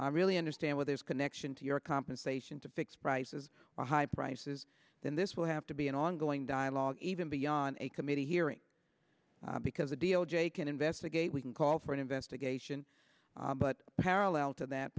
i really understand with his connection to your compensation to fix prices so high prices then this will have to be an ongoing dialogue even beyond a committee hearing because a deal jay can investigate we can call for an investigation but parallel to that